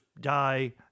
die